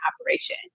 operation